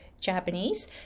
japanese